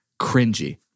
cringy